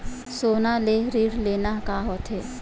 सोना ले ऋण लेना का होथे?